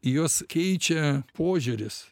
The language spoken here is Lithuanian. juos keičia požiūris